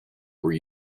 were